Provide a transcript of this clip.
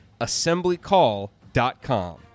assemblycall.com